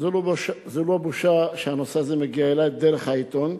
וזו לא בושה שהנושא הזה מגיע אלי דרך העיתון,